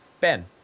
Ben